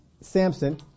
Samson